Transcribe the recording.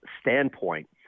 standpoint